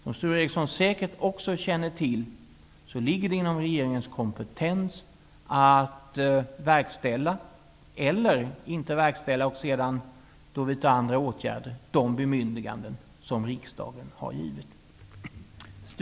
Som Sture Ericson säkert också känner till ligger det inom regeringens kompetens att verkställa eller inte verkställa -- och vidta andra åtgärder -- de bemyndiganden som riksdagen har givit.